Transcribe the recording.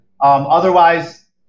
Otherwise